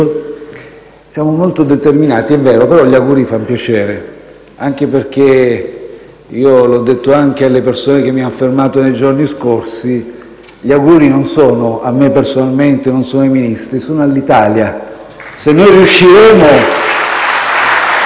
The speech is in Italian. Siamo molto determinati - è vero - ma gli auguri fanno piacere, anche perché - l'ho detto anche alle persone che mi hanno fermato nei giorni scorsi - gli auguri non sono a me personalmente o ai Ministri, ma sono all'Italia *(Applausi